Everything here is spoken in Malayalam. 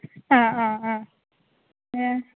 ആ ആ ആ ഞാന്